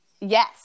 Yes